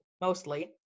mostly